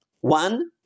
One